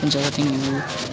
हुन्छ थ्याङ्क्यु